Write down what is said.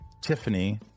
Tiffany